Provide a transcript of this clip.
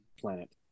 planet